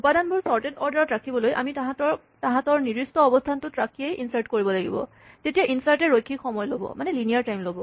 উপাদানবোৰ চৰ্টেড অৰ্ডাৰত ৰাখিবলৈ আমি তাহাঁতক তাহাঁতৰ নিৰ্দিষ্ট অৱস্হানটোত ৰাখিয়েই ইনচাৰ্ট কৰিব লাগিব তেতিয়া ইনচাৰ্টে ৰৈখিক সময় ল'ব